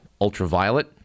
ultraviolet